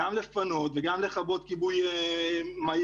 גם לפנות וגם לכבות כיבוי מהיר